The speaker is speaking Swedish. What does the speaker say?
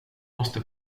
måste